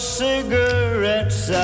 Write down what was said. cigarettes